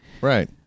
Right